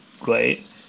great